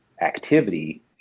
activity